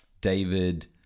David